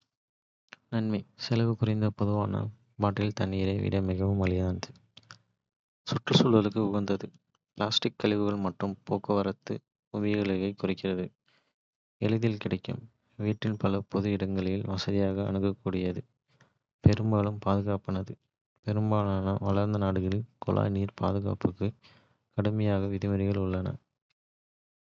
நன்மை. செலவு குறைந் பொதுவாக பாட்டில் தண்ணீரை விட மிகவும் மலிவானது. சுற்றுச்சூழலுக்கு உகந்தது பிளாஸ்டிக் கழிவுகள் மற்றும் போக்குவரத்து உமிழ்வுகளைக் குறைக்கிறது. எளிதில் கிடைக்கும் வீட்டிலும் பல பொது இடங்களிலும் வசதியாக அணுகக்கூடியது. பெரும்பாலும் பாதுகாப்பானது பெரும்பாலான வளர்ந்த நாடுகளில் குழாய் நீர் பாதுகாப்புக்கு கடுமையான விதிமுறைகள் உள்ளன.